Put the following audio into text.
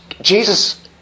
Jesus